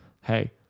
hey